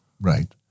Right